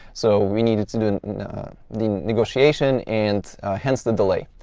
so we needed to do and the negotiation and hence the delay.